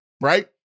right